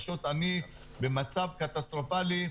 פשוט אני במצב קטסטרופלי,